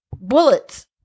Bullets